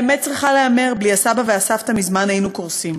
והאמת צריכה להיאמר: בלי הסבא והסבתא מזמן היינו קורסים.